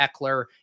Eckler